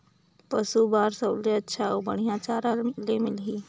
पशु बार सबले अच्छा अउ बढ़िया चारा ले मिलही?